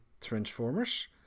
Transformers